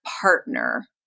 partner